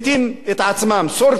שורפים את עצמם.